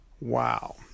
Wow